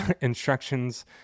instructions